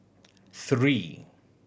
three